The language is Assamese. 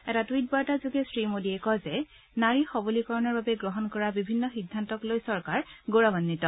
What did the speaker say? এটা টুইট বাৰ্তা যোগে শ্ৰী মোদীয়ে কয় যে নাৰী সৱলীকৰণৰ বাবে গ্ৰহণ কৰা বিভিন্ন সিদ্ধান্তক লৈ চৰকাৰ গৌৰৱান্বিত